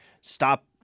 stop